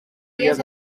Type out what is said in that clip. dies